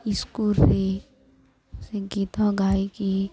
ଇସ୍କୁଲରେ ଗୀତ ଗାଇକି